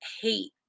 hate